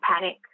panic